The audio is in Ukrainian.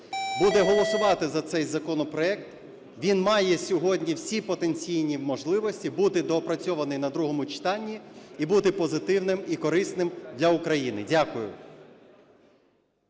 буде голосувати за цей законопроект. Він має сьогодні всі потенційні можливості бути доопрацьований на другому читанні і бути позитивним і корисним для України. Дякую.